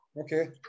Okay